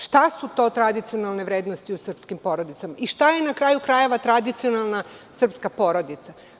Šta su to tradicionalne vrednosti u srpskim porodicama i šta je, na kraju krajeva, tradicionalna srpska porodica?